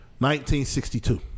1962